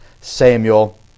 Samuel